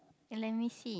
let me see